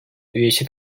üyesi